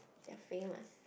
ya famous